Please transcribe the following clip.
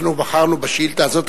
אנחנו בחרנו בשאילתא הזאת,